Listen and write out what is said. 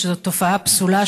שזו תופעה פסולה,